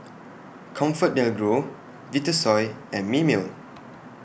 ComfortDelGro Vitasoy and Mimeo